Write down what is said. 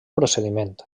procediment